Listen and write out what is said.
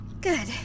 Good